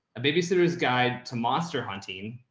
a babysitter's guide to monster hunting.